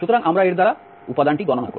সুতরাং আমরা এর দ্বারা উপাদানটি গণনা করব